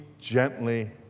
gently